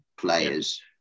players